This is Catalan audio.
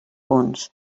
punts